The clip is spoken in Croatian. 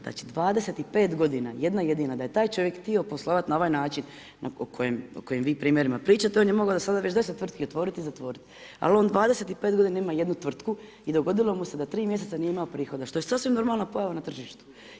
Znači 25 g jedna jedina, da je taj čovjek htio poslovati na ovaj način, o kojem vi primjerima pričate, on je mogao do sada već 10 tvrtki otvoriti i zatvoriti, ali on 25 g. ima jednu tvrtku i dogodilo mu se da 3 mj. nije imao prihoda, što je sasvim normalna pojava na tržištu.